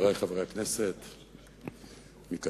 חברי חברי הכנסת מקדימה,